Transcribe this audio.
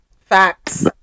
Facts